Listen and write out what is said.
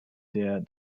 der